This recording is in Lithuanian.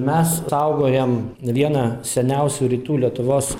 mes saugojam vieną seniausių rytų lietuvos